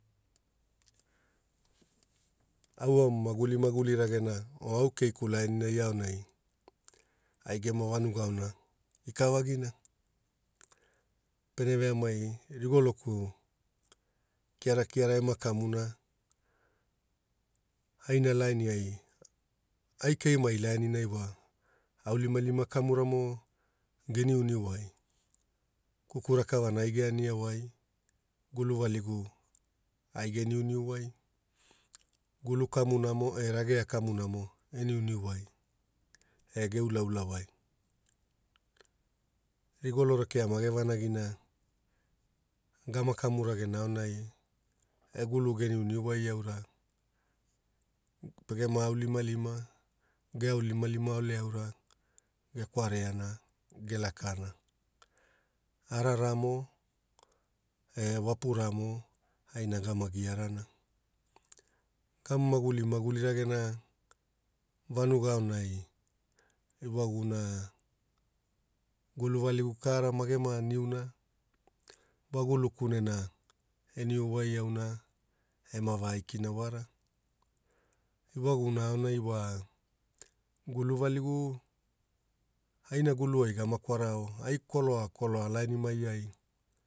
Au ama maguli maguli ragena o au keiku lainina aonai, ai gema vanuga aona ikavagina pene veamai rigoloku kiara kiara ema kamuna aina lainiai, ai keimai laaninai wa aunilimalima kamuramo geniuniu wai, kuku rakavana ai geani wai, gulu valigu ai geniu niu wai, gulu kamunamo e ragea kamunamo e niuniu wai aura pegema aunilimalima, ge aunilimalima ole aura gekareana gelukana araramo e wapuramu aina gama giwana. Gama maguli maguli ragena vanga aonai ewaguna gulu valigu karana gema niuna wa kulu kunena eniu wai auna ema va aikina wara. Awagumona aonai wa gulu valigu ai inaguluai ema kwara o ai kolokoloa lainimai ai